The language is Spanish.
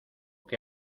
que